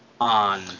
On